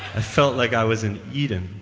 i felt like i was in eden